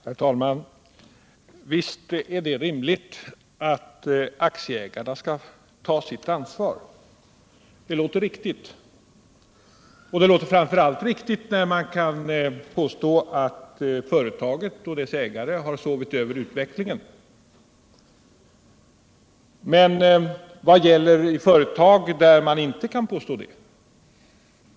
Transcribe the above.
Herr talman! Visst är det rimligt att aktieägarna tar sitt ansvar. Det låter riktigt. Det låter framför allt riktigt när man kan påstå att företagen och deras ägare har ”sovit över” utvecklingen. Men vad gäller i företag där man inte kan påstå det?